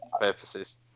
purposes